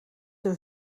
een